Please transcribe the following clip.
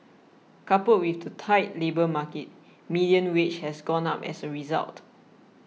coupled with the tight labour market median wage has gone up as a result